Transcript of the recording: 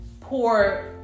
poor